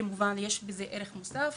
כמובן שיש לזה ערך מוסף,